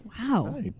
Wow